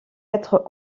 être